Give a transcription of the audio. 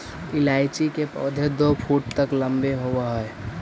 इलायची के पौधे दो फुट तक लंबे होवअ हई